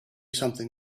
something